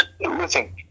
listen